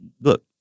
look